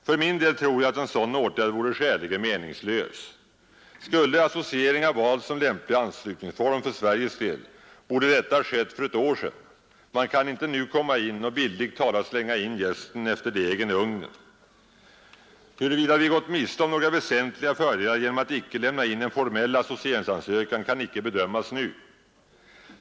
För min del tror jag att en sådan åtgärd vore skäligen meningslös. Skulle associering ha valts som lämplig anslutningsform för Sveriges del, borde detta ha skett för ett år sedan. Man kan icke nu komma och bildligt talat slänga in jästen efter degen i ugnen. Huruvida vi gått miste om några väsentliga fördelar genom att icke lämna in en formell associeringsansökan kan icke bedömas nu.